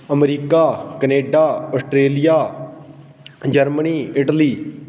America Canada Australia Germany Italy